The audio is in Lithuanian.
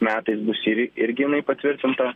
metais bus ir irgi jinai patvirtinta